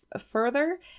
further